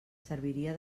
serviria